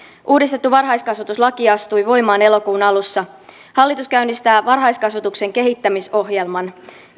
uudistettu varhaiskasvatuslaki astui voimaan elokuun alussa hallitus käynnistää varhaiskasvatuksen kehittämisohjelman